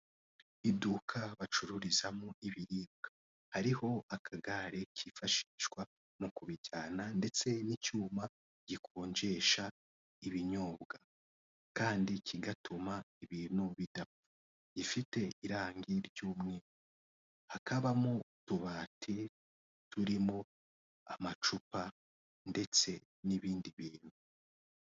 Iduka bacururizamo ibiribwa, hariho akagare kifashishwa mu kubijyana ndetse n'icyuma gikonjesha ibinyobwa kandi kigatuma ibintu bidapfa, gifite irangi ry'umweru, hakabamo utubati turimo amacupa ndetse n'ibindi bintu.